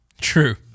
True